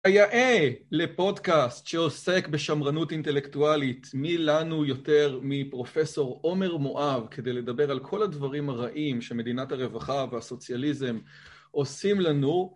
כיאה לפודקאסט שעוסק בשמרנות אינטלקטואלית מי לנו יותר מפרופסור עומר מואב כדי לדבר על כל הדברים הרעים שמדינת הרווחה והסוציאליזם עושים לנו.